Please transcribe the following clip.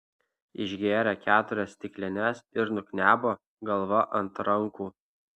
išgėrė keturias stiklines ir nuknebo galva ant rankų